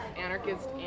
anarchist